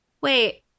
Wait